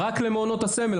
רק למעונות הסמל,